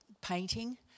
painting